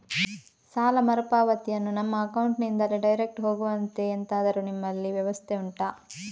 ಸಾಲ ಮರುಪಾವತಿಯನ್ನು ನಮ್ಮ ಅಕೌಂಟ್ ನಿಂದಲೇ ಡೈರೆಕ್ಟ್ ಹೋಗುವಂತೆ ಎಂತಾದರು ನಿಮ್ಮಲ್ಲಿ ವ್ಯವಸ್ಥೆ ಉಂಟಾ